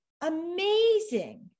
amazing